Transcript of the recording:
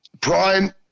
Prime